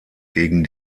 gegen